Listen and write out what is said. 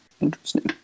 interesting